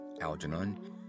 Algernon